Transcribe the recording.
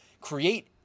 create